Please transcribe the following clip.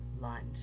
lunch